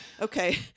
Okay